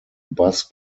bass